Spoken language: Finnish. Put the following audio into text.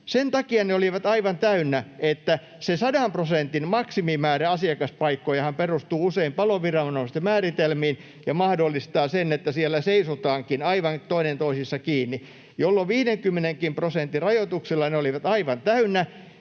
Sen takia ne olivat aivan täynnä, että se 100 prosentin maksimimäärä asiakaspaikkoja perustuu usein paloviranomaisten määritelmiin ja mahdollistaa sen, että siellä seisotaankin aivan toinen toisessa kiinni, jolloin 50:kin prosentin rajoituksilla ne olivat aivan täynnä,